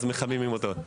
אז מחממים אותו.